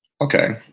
okay